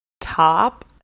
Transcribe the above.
top